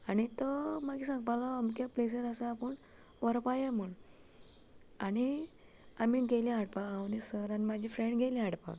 आनी तो मागी सांगपा लागलो अमक्या प्लेसीर आसा आपूण व्हरपा यो म्हूण आनी आमी गेली हाडपा हांव आनी सर आनी मागी म्हजी फ्रेंड गेली हाडपा